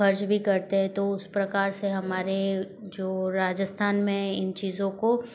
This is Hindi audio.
खर्च भी करते है तो उस प्रकार से हमारे जो राजस्थान में इन चीज़ों को